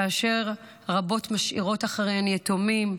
כאשר רבות משאירות אחריהן יתומים.